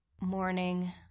Morning